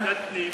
ועדת הפנים.